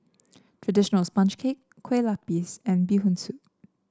traditional sponge cake Kueh Lupis and Bee Hoon Soup